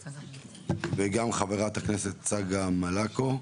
וגם חברת הכנסת צגה מלקו.